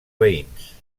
veïns